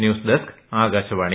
news desk Akashvani